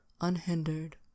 unhindered